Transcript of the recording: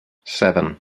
seven